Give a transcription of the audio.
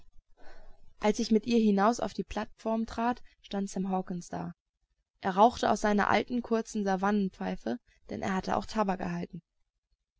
als ich mit ihr hinaus auf die plattform trat stand sam hawkens da er rauchte aus seiner alten kurzen savannenpfeife denn er hatte auch tabak erhalten